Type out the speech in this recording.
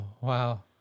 wow